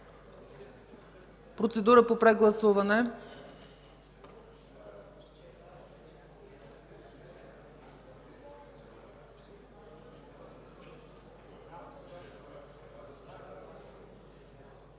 Процедура по прегласуване.